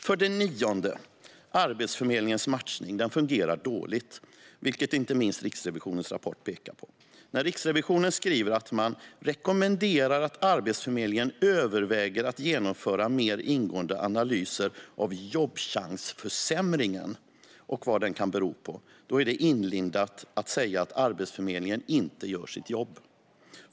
För det nionde: Arbetsförmedlingens matchning fungerar dåligt, vilket inte minst Riksrevisionens rapport pekar på. När Riksrevisionen skriver att man rekommenderar att Arbetsförmedlingen överväger att genomföra mer ingående analyser av jobbchansförsämringen och vad den kan bero på är det ett inlindat sätt att säga att Arbetsförmedlingen inte gör sitt jobb.